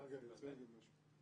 דברים מהסוג הזה,